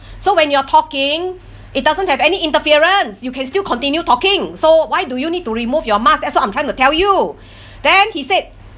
so when you're talking it doesn't have any interference you can still continue talking so why do you need to remove your mask that's what I'm trying to tell you then he said